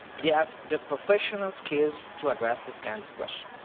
they have the professional skills to address these kinds of questions.